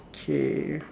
okay